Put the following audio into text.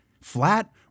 flat